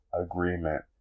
agreement